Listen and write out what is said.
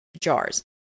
jars